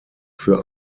für